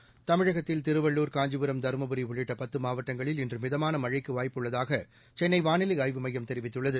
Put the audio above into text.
seconds தமிழகத்தில் திருவள்ளூர் காஞ்சிபுரம் தருமபுரி உள்ளிட்ட பத்து மாவட்டங்களில் இன்று மிதமான மழைக்கு வாய்ப்பு உள்ளதாக சென்னை வானிலை ஆய்வு மையம் தெரிவித்துள்ளது